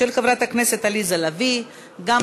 של חברת הכנסת עליזה לביא וקבוצת חברי הכנסת.